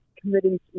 committee's